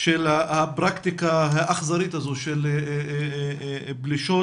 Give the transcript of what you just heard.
של הפרקטיקה האכזרית הזו של פלישות